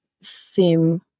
seem